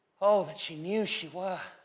o, that she knew she were!